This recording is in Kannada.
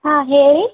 ಹಾಂ ಹೇಳಿ